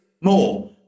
more